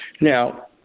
Now